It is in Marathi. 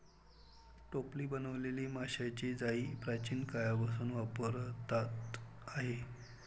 टोपली बनवलेली माशांची जाळी प्राचीन काळापासून वापरात आहे